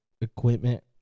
equipment